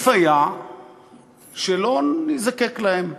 היה עדיף שלא נזדקק להם.